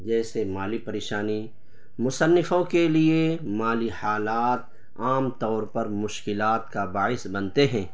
جیسے مالی پریشانی مصنفوں کے لیے مالی حالات عام طور پر مشکلات کا باعث بنتے ہیں